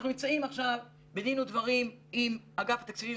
אנחנו נמצאים עכשיו בדין ודברים עם אגף התקציבים,